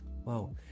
Wow